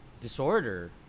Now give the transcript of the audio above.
disorder